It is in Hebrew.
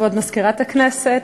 כבוד מזכירת הכנסת,